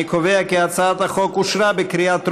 אני קובע כי הצעת החוק אושרה בקריאה טרומית,